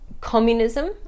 communism